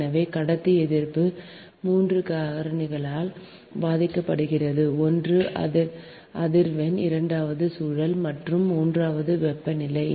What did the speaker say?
எனவே கடத்தி எதிர்ப்பு மூன்று காரணிகளால் பாதிக்கப்படுகிறது ஒன்று அதிர்வெண் இரண்டாவது சுழல் மற்றும் மூன்றாவது வெப்பநிலை